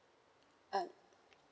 um